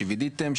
שוידאתם,